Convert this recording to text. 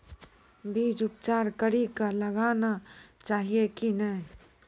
बीज उपचार कड़ी कऽ लगाना चाहिए कि नैय?